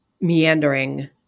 meandering